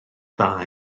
dda